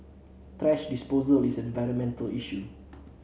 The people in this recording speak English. thrash disposal is an environmental issue